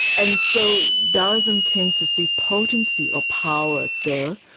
and so daoism tends to see potency or power de,